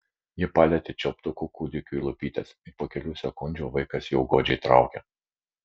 ji palietė čiulptuku kūdikiui lūpytes ir po kelių sekundžių vaikas jau godžiai traukė